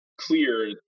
clear